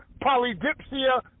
polydipsia